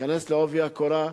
תיכנס בעובי הקורה,